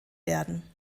werden